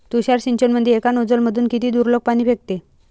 तुषार सिंचनमंदी एका नोजल मधून किती दुरलोक पाणी फेकते?